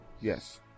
yes